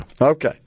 Okay